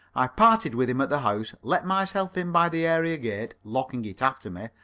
i parted with him at the house, let myself in by the area-gate, locking it after me,